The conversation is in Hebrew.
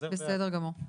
בסדר גמור.